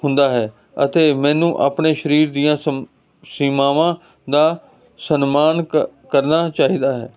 ਹੁੰਦਾ ਹੈ ਅਤੇ ਮੈਨੂੰ ਆਪਣੇ ਸਰੀਰ ਦੀਆਂ ਸੀਮਾਵਾਂ ਦਾ ਸਨਮਾਨ ਕਰਨਾ ਚਾਹੀਦਾ ਹੈ